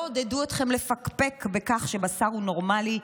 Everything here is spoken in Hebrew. עודדו אתכם לפקפק בכך שבשר הוא נורמלי,